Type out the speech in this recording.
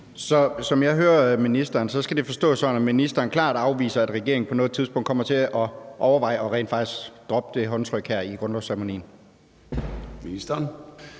Som jeg hører ministeren, skal det forstås sådan, at ministeren klart afviser, at regeringen på noget tidspunkt kommer til at overveje rent faktisk at droppe det håndtryk i grundlovsceremonien. Kl.